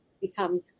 become